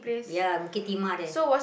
ya Bukit-Timah there